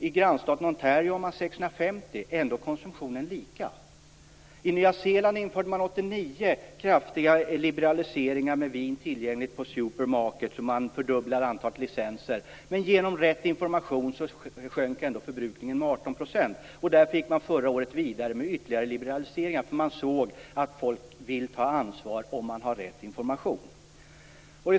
I grannstaten Ontario har man 650. Ändå är konsumtionen lika. I Nya Zeeland införde man 1989 kraftiga liberaliseringar så att vin blev tillgängligt på super markets. Man har fördubblat antalet licenser. Men genom rätt information sjönk ändå förbrukningen med 18 %. Där gick man vidare med ytterligare liberaliseringar, för man såg att folk vill ta ansvar om de har rätt information.